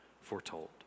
foretold